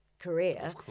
career